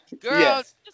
girls